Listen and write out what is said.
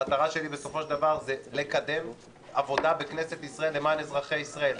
המטרה שלי היא לקדם עבודה בכנסת ישראל למען אזרחי ישראל.